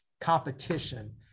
competition